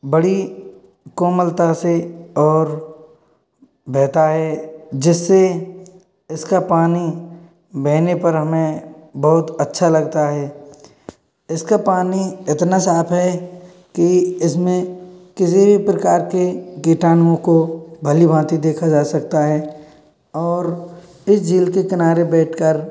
बड़ी कोमलता से और बहता है जिससे इसका पानी बहने पर हमें बहुत अच्छा लगता है इसका पानी इतना साफ़ है की इसमें किसी भी प्रकार के किटाणु को भली भाँति देखा जा सकता है और इस झील के किनारे बैठ कर